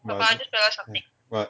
what